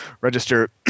register